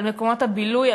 על מקומות הבילוי,